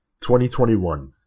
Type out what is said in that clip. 2021